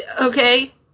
Okay